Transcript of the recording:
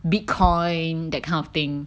bitcoin that kind of thing